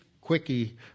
quickie